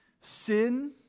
Sin